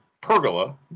pergola